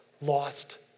lost